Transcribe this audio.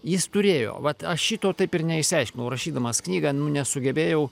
jis turėjo vat aš šito taip ir neišsiaiškinau rašydamas knygą nu nesugebėjau